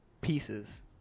pieces